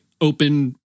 open